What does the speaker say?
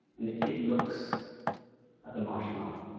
and the kid looks at the marshmallow.